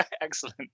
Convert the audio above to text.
Excellent